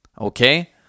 Okay